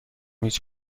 هیچ